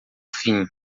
fim